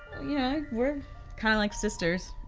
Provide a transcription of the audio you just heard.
yeah, we're kind of like sisters,